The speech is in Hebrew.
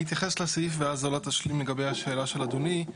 אני אתייחס לסעיף ואז אולה תשלים לגבי השאלה של אדוני.